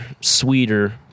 sweeter